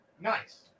nice